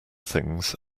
things